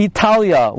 Italia